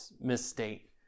misstate